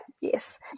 yes